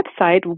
website